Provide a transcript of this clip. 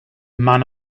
man